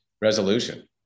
resolution